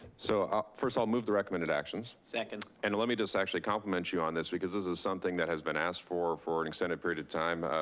so first, i'll move the recommended actions. second. and let me just actually compliment you on this, because this is something that has been asked for for an extended period of time.